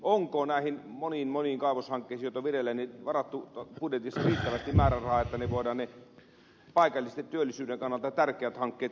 onko näihin moniin moniin kaivoshankkeisiin joita on vireillä varattu budjetissa riittävästi määrärahaa että ne paikallisesti työllisyyden kannalta tärkeät hankkeet voidaan käynnistää